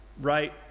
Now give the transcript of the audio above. right